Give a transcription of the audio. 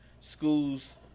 schools